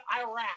Iraq